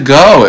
go